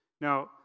Now